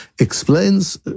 Explains